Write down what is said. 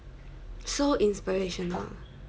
so inspirational